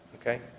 Okay